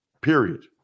period